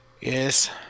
Yes